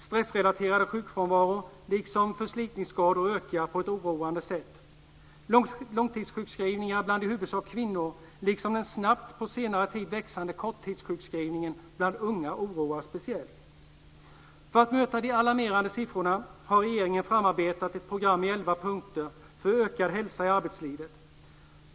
Stressrelaterad sjukfrånvaro liksom förslitningnsskador ökar på ett oroande sätt. Långtidssjukskrivningar bland i huvudsak kvinnor liksom den snabbt på senare tid växande korttidssjukskrivningen bland unga oroar speciellt. För att möta de alarmerande siffrorna har regeringen utarbetat ett program i elva punkter för ökad hälsa i arbetslivet.